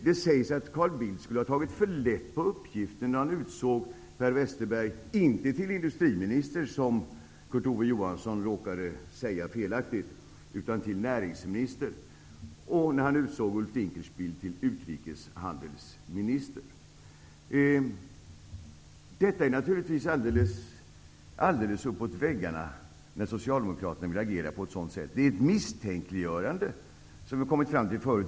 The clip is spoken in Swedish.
Det sägs att Carl Bildt skulle ha tagit för lätt på sin uppgift när han utsåg Per Westerberg till näringsminister -- inte till industriminister, en felsägning som Kurt Ove Johansson råkade göra -- Det är naturligtvis alldeles uppåt väggarna när Socialdemokraterna agerar på ett sådant sätt. Det är ett misstänkliggörande, som vi har kommit fram till förut.